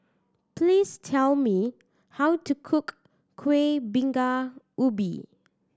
please tell me how to cook Kueh Bingka Ubi